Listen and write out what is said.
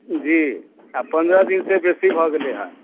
जी आ पन्द्रह दिनसँ बेसी भऽ गेलै हेँ